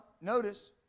notice